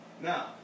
Now